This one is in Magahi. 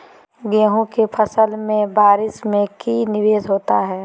गेंहू के फ़सल के बारिस में की निवेस होता है?